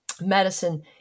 medicine